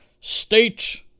state